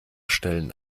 stellen